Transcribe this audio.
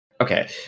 okay